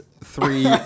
three